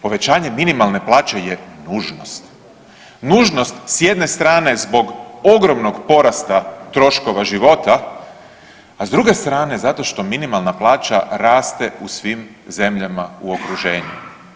Povećanje minimalne plaće je nužnost, nužnost s jedne strane zbog ogromnog porasta troškova života, a s druge strane zato što minimalna plaća raste u svim zemljama u okruženju.